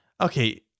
Okay